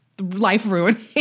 life-ruining